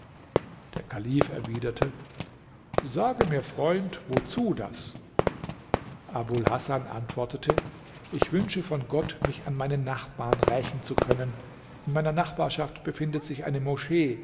der kalif erwiderte sage mir freund wozu das abul hasan antwortete ich wünsche von gott mich an meinen nachbarn rächen zu können in meiner nachbarschaft befindet sich eine moschee